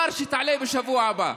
שתעלה כבר בשבוע הבא.